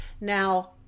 Now